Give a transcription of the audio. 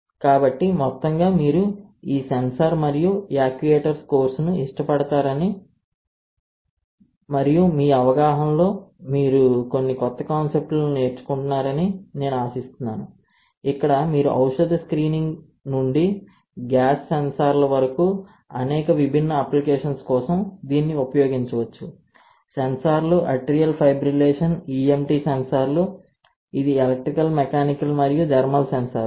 కాబట్టి మొత్తంగా మీరు ఈ సెన్సార్ మరియు యాక్యుయేటర్స్ కోర్సును ఇష్టపడుతున్నారని మరియు మీ అవగాహనలో మీరు కొన్ని కొత్త కాన్సెప్ట్లను నేర్చుకున్నారని నేను ఆశిస్తున్నాను ఇక్కడ మీరు ఔషధ స్క్రీనింగ్ నుండి గ్యాస్ సెన్సార్ల వరకు అనేక విభిన్న అప్లికేషన్స్ కోసం దీనిని ఉపయోగించవచ్చు Refer Time 1124 సెన్సార్లు అట్రియాల్ ఫైబ్రిల్లేషన్ EMT సెన్సార్లు ఇది ఎలక్ట్రికల్ మెకానికల్ మరియు థర్మల్ సెన్సార్లు